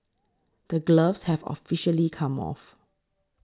the gloves have officially come off